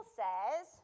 says